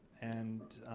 and